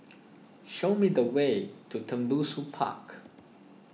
show me the way to Tembusu Park